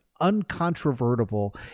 uncontrovertible